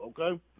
okay